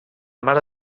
mare